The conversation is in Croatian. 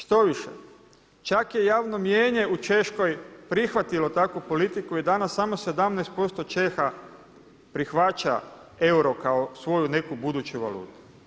Štoviše, čak je i javno mijenje u Češkoj prihvatilo takvu politiku i danas samo 17% Čeha prihvaća euro kao svoju neku buduću valutu.